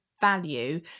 value